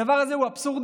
הדבר הזה הוא אבסורדי.